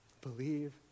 Believe